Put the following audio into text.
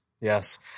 yes